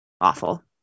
awful